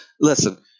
listen